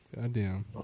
Goddamn